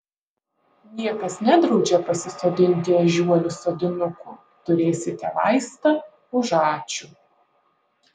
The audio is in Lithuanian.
niekas nedraudžia pasisodinti ežiuolių sodinukų turėsite vaistą už ačiū